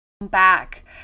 Back